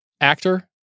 actor